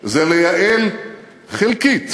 זה לייעל חלקית